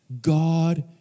God